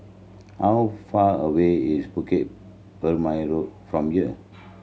how far away is Bukit Purmei Road from here